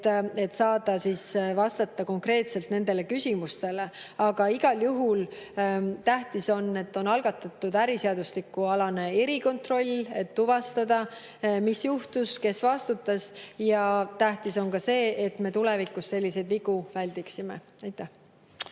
et saada vastata konkreetselt nendele küsimustele. Aga igal juhul tähtis on, et on algatatud äriseadustikualane erikontroll, et tuvastada, mis juhtus ja kes vastutas. Tähtis on ka see, et me tulevikus selliseid vigu väldiksime. Aitäh!